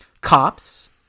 Cops